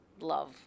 love